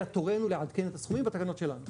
תורנו לעדכן את הסכומים בתקנות שלנו.